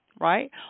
Right